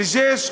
אלג'ש,